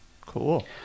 Cool